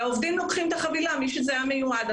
והעובדים לוקחים את החבילה לפי מי שזה מיועד לו.